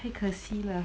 太可惜了